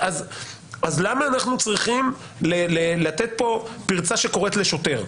למה אנחנו צריכים לתת כאן פרצה שקוראת לשוטר?